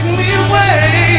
me away